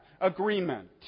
agreement